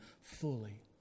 fully